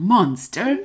Monster